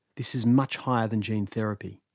this is much higher than gene therapy.